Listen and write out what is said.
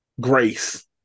grace